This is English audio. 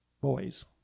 boys